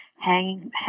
hang